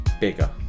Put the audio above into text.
bigger